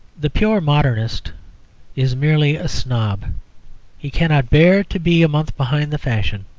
the pure modernist is merely a snob he cannot bear to be a month behind the fashion